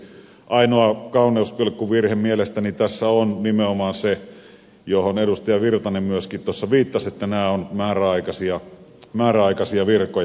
ainoa kauneuspilkkuvirhe mielestäni tässä on nimenomaan se mihin edustaja virtanen myöskin viittasi että nämä ovat määräaikaisia virkoja